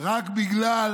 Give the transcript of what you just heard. רק בגלל